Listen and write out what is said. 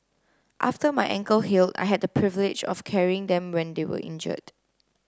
after my ankle heal I had the privilege of carrying them when they were injured